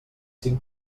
cinc